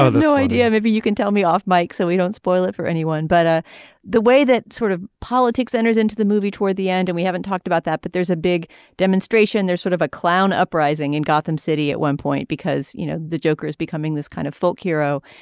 no idea ever you can tell me off mike so we don't spoil it for anyone but the way that sort of politics enters into the movie toward the end and we haven't talked about that. but there's a big demonstration there's sort of a clown uprising in gotham city at one point because you know the joker is becoming this kind of folk hero.